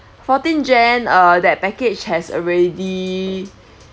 fourteen jan uh that package has already